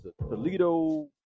Toledo